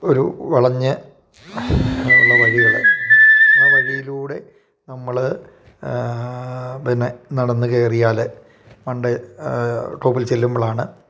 ഒരു വളഞ്ഞ ഉള്ള വഴികൾ ആ വഴിയിലൂടെ നമ്മൾ പിന്നെ നടന്ന് കയറിയാൽ പണ്ട് ടോപ്പിൽ ചെല്ലുമ്പോഴാണ്